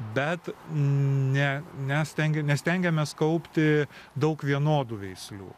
bet ne mes stengiamės mes stengiamės kaupti daug vienodų veislių